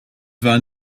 war